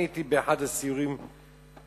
השתתפתי באחד הסיורים שעשינו,